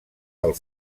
del